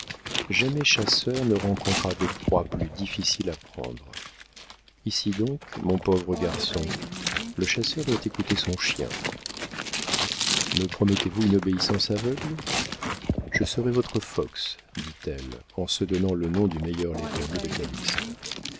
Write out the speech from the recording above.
jamais chasseur ne rencontra de proie plus difficile à prendre ici donc mon pauvre garçon le chasseur doit écouter son chien me promettez-vous une obéissance aveugle je serai votre fox dit-elle en se donnant le nom du meilleur lévrier de